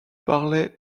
parlait